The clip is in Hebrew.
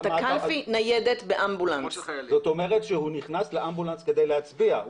זאת אומרת שהוא נכנס לאמבולנס כדי להצביע.